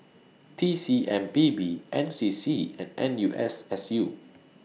T C M P B N C C and N U S S U